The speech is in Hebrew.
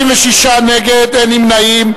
39, נגד, 56, אין נמנעים.